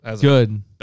Good